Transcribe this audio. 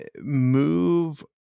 move